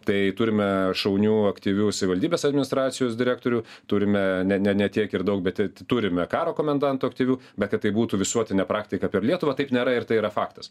tai turime šaunių aktyvių savivaldybės administracijos direktorių turime ne ne ne tiek ir daug bet t turime karo komendantų aktyvių bet kad tai būtų visuotinė praktika per lietuvą taip nėra ir tai yra faktas